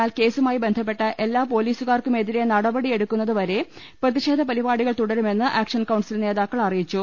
എന്നാൽ കേസുമായി ബന്ധപ്പെട്ട എല്ലാ പോലീസുകാർക്കുമെ തിരെ നടപടിയെടുക്കുന്നത് വരെ പ്രതിഷേധ പരിപാടികൾ തുടരുമെന്ന് ആക്ഷൻ കൌൺസിൽ നേതാക്കൾ അറിയിച്ചു